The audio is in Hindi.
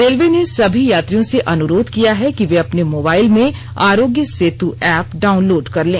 रेलवे ने सभी यात्रियों से अनुरोध किया है कि वे अपने मोबाइल में आरोग्य सेतू ऐप डाउनलोड कर लें